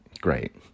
great